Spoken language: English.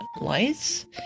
lights